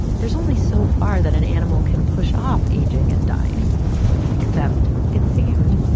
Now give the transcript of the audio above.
there's only so far that an animal can push off aging and dying except, it seemed,